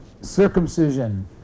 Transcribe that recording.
circumcision